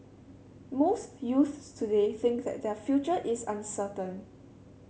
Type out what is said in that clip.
most youths today think that their future is uncertain